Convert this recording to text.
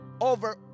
over